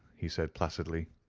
he said, placidly.